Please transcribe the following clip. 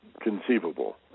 conceivable